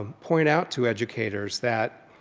um point out to educators that